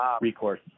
recourse